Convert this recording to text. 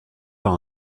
par